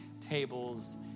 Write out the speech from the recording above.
tables